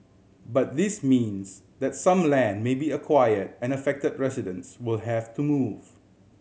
but this means that some land may be acquire and affect residents will have to move